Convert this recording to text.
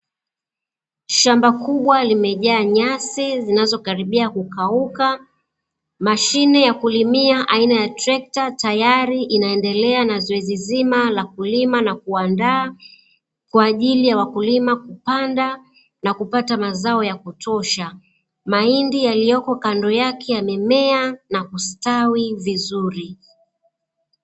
Shamba kubwa limejaa nyasi zinazokaribia kukauka. Mashine ya kulimia aina ya trekta tayari inaendelea na zoezi zima la kulima na kuandaa kwa ajili ya wakulima kupanda na kupata mazao ya kutosha. Mahindi yaliyoko kando yake yamemea na kustawi vizuri.